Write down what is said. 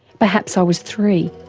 perhaps i was three,